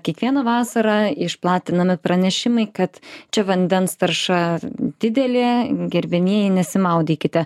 kiekvieną vasarą išplatinami pranešimai kad čia vandens tarša didelė gerbiamieji nesimaudykite